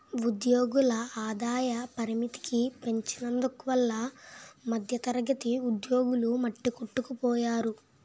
ఉద్యోగుల ఆదాయ పరిమితికి పెంచనందువల్ల మధ్యతరగతి ఉద్యోగులు మట్టికొట్టుకుపోయారు